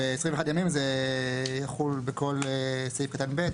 ו-21 ימים זה יחול בכל סעיף קטן (ב).